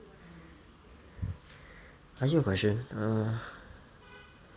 ask you a question err